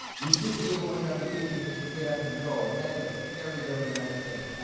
you should be able, when you're on vacation, just to get up and go, and that's a very, very nice thing.